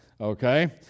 Okay